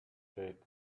said